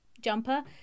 jumper